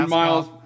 miles